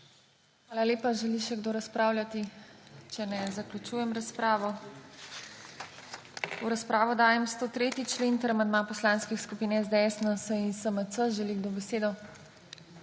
Hvala lepa. Želi še kdo razpravljati? (Ne.) Če ne, zaključujem razpravo. V razpravo dajem 103. člen ter amandma poslanskih skupin SDS, NSi in SMC. Želi kdo besedo?